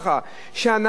שהנהג לא ידע,